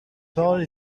parole